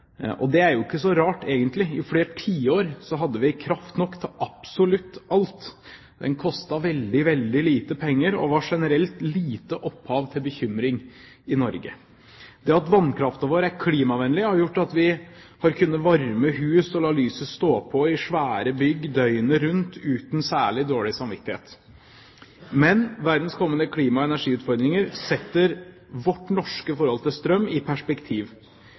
Og det er jo egentlig ikke så rart, for i flere tiår hadde vi kraft nok til absolutt alt – den kostet veldig lite penger og ga generelt lite opphav til bekymring i Norge. Det at vannkraften vår er klimavennlig, har gjort at vi har kunnet varme opp hus og la lyset stå på i svære bygg døgnet rundt uten å ha særlig dårlig samvittighet. Men verdens kommende klima- og energiutfordringer setter vårt norske forhold til strøm i perspektiv.